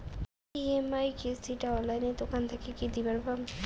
EMI কিস্তি টা অনলাইনে দোকান থাকি কি দিবার পাম?